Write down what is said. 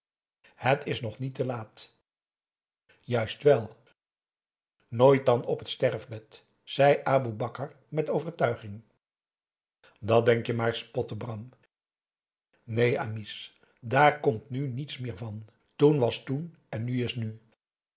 het is nog niet te laat juist wel nooit dan op het sterfbed zei aboe bakar met overtuiging dat denk-je maar spotte bram neen amice daar komt nu niets meer van toen was toen en nu is nu